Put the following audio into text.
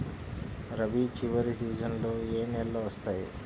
రబీ చివరి సీజన్లో ఏ నెలలు వస్తాయి?